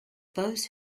those